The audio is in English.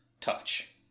touch